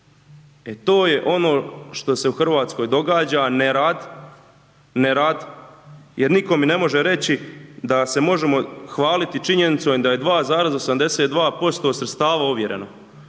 E, to je ono što se u RH događa, nerad, nerad jer nitko mi ne može reći da se možemo hvaliti činjenicom da je 2,82% sredstava ovjereno.